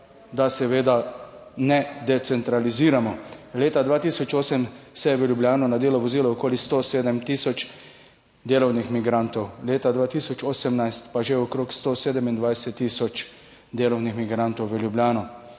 da seveda ne decentraliziramo. Leta 2008 se je v Ljubljano na delo vozilo okoli 107 tisoč delovnih migrantov. Leta 2018 pa že okrog 127 tisoč delovnih migrantov v Ljubljano.